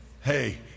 Hey